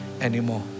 anymore